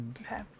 Okay